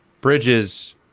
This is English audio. Bridges